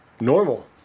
normal